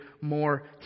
more